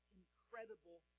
incredible